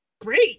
great